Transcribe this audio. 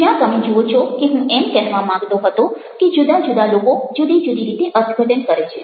જ્યાં તમે જુઓ છો કે હું એમ કહેવા માંગતો હતો કે જુદા જુદા લોકો જુદી જુદી રીતે અર્થઘટન કરે છે